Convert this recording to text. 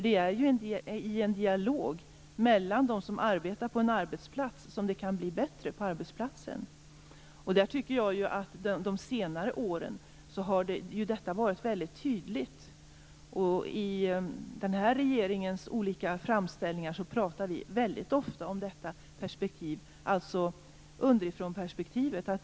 Det är i en dialog mellan dem som arbetar på en arbetsplats som det kan bli bättre på arbetsplatsen. Under senare år har detta kommit fram tydligt. I regeringens framställningar tas underifrånperspektivet fram.